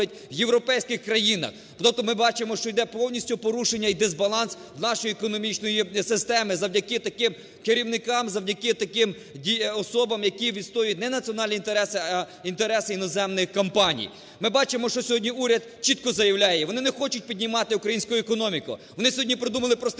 вони не хочуть піднімати українську економіку, вони сьогодні придумали простий